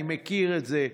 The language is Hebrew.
אני מכיר את זה.